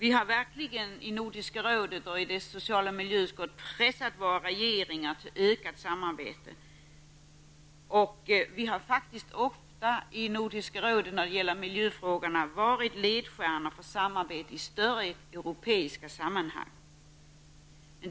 I Nordiska rådet och dess social och miljöutskott har vi verkligen pressat våra regeringar till ökat samarbete. Vi har faktiskt ofta i Nordiska rådet varit ledstjärnor för samarbete i miljöfrågor i större europeiska sammanhang.